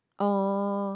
oh